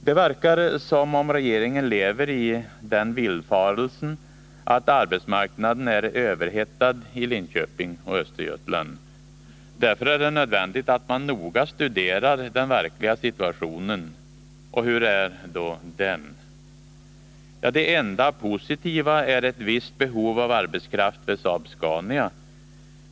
Det verkar som om regeringen lever i den villfarelsen att arbetsmarknaden är överhettad i Linköping och Östergötland. Därför är det nödvändigt att man noga studerar den verkliga situationen. Och hur är då den? Det enda positiva är ett visst behov av arbetskraft vid Saab-Scania.